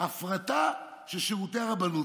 הפרטה של שירותי הרבנות.